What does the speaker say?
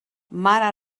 mare